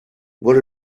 what